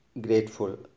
grateful